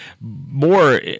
more